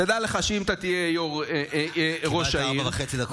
תדע לך שאם תהיה ראש העיר, קיבלת ארבע וחצי דקות.